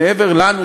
מעבר לנו,